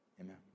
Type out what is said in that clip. amen